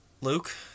Luke